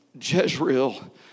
Jezreel